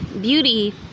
beauty